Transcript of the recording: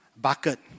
Bucket